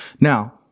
Now